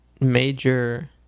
major